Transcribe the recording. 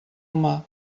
humà